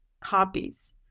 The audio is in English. copies